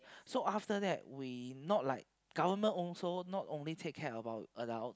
so after that we not like government also not only take care about adults